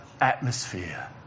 atmosphere